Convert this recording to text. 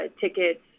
tickets